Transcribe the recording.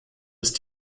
ist